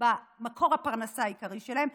במקור הפרנסה העיקרי שלהן.